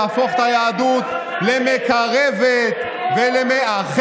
נהפוך את היהדות למקרבת ולמאחדת.